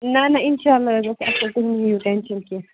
نَہ نَہ اِنشاء اللہ گژھِ اَصٕل تُہۍ مہٕ ہیٚیِو ٹٮ۪نشَن کیٚنٛہہ